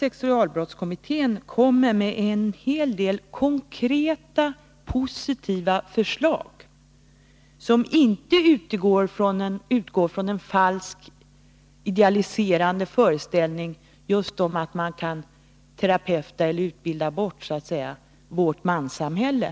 Sexualbrottskommittén lämnar en hel del konkreta och positiva förslag, som inte utgår från en falsk och idealiserande föreställning om att man kan ”terapeuta” eller utbilda bort vårt manssamhälle.